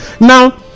now